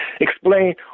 explain